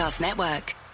Network